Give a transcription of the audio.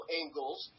angles